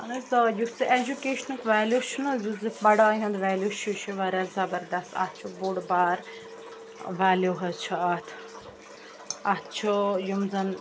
اَہن حظ آ یُس یہِ اٮ۪جُکیشنُک ویلیوٗ چھُنہٕ حظ یُس زِ پَڑھایہِ ہُنٛد ویلیوٗ چھُ یہِ چھُ واریاہ زَبردست اَتھ چھُ بوٚڈ بار ویلیوٗ حظ چھِ اَتھ اَتھ چھُ یِم زَن